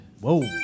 Whoa